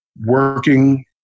working